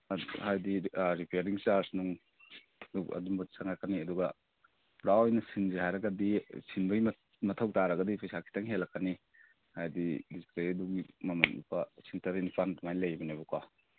ꯑꯥ ꯍꯥꯏꯕꯗꯤ ꯑꯥ repairing charge ꯅꯨꯡ ꯑꯗꯨꯒꯨꯝꯕ ꯆꯪꯂꯛꯀꯅꯤ ꯑꯗꯨꯒ ꯄꯨꯔꯥ ꯑꯣꯏꯅ ꯁꯤꯟꯁꯤ ꯍꯥꯏꯔꯒꯗꯤ ꯁꯤꯟꯕꯒꯤ ꯃꯊꯧ ꯇꯥꯔꯒꯗꯤ ꯄꯩꯁꯥ ꯈꯖꯤꯛꯇꯪ ꯍꯦꯜꯂꯛꯀꯅꯤ ꯍꯥꯏꯕꯗꯤ ꯗꯤꯁꯄ꯭ꯂꯦ ꯑꯗꯨ ꯃꯃꯜ ꯂꯨꯄꯥ ꯂꯤꯁꯤꯡ ꯇꯔꯦꯠ ꯅꯤꯄꯥꯜ ꯑꯗꯨꯃꯥꯏꯅ ꯂꯩꯕꯅꯦꯕꯀꯣ